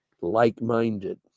like-minded